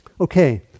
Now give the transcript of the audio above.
Okay